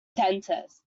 dentist